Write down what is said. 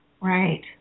Right